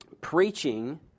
preaching